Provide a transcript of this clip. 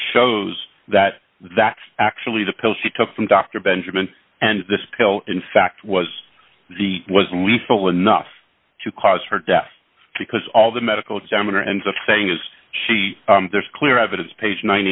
shows that that's actually the pill she took from dr benjamin and this pill in fact was the was lethal enough to cause her death because all the medical examiner ends up saying is she there's clear evidence page nine